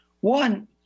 One